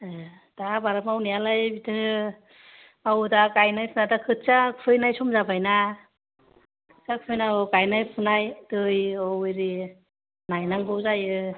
ए दा बाल मावनायालाय बिदिनो मावो दा गायनाय दा खोथिया फोनाय सम जाबायना गासैनावबो गायनाय फुनाय दै औ इरि नायनांगौ जायो